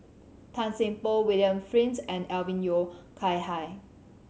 Tan Seng Poh William Flint and Alvin Yeo Khirn Hai